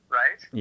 right